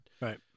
Right